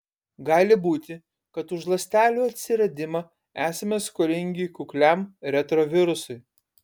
gali būti kad už ląstelių atsiradimą esame skolingi kukliam retrovirusui